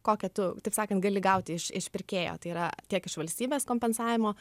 kokią tu taip sakant gali gaut iš iš pirkėjo tai yra tiek iš valstybės kompensavimo